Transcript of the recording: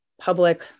public